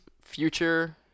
Future